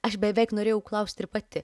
aš beveik norėjau klaust ir pati